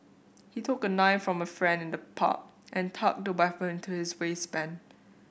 he took a knife from a friend in the pub and tucked the weapon into his waistband